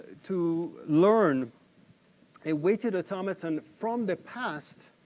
to learn a weighted automaton from the past,